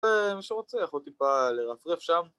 מי שרוצה יכול טיפה לרפרף שם